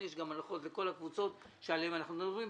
הנחות לכל הקבוצות שעליהן אנחנו מדברים,